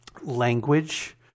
language